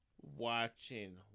watching